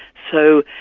so,